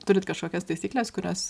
turit kažkokias taisykles kurios